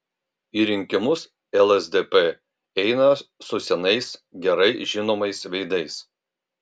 į rinkimus lsdp eina su senais gerai žinomais veidais